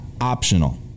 optional